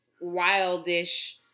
wildish